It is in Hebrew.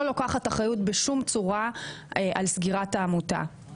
לוקחת אחריות בשום צורה על סגירת העמותה.